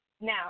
Now